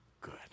good